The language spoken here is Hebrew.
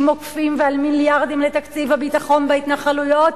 עוקפים ועל מיליארדים לתקציב הביטחון בהתנחלויות,